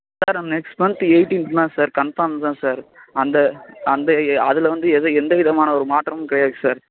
sir next month eighteenth தான் sir confirm தான் sir அந்த அந்த அதில் வந்து எதுவும் எந்த விதமான ஒரு மாற்றமும் கிடையாது சார்